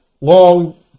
Long